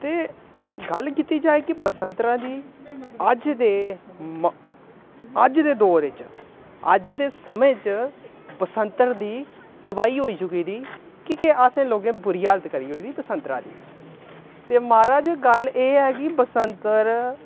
ते गल्ल कीती जाए कि बसंतरा दी अज्ज दे अज्ज दे दौर च अज्ज दे समें च बसंतर दी तबाही होई चुकी दी कि के असें लोकें बुरी हालत करी ओड़ी दी बसंतरा दी म्हाराज गल्ल एह् ऐ कि बसंतर